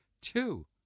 two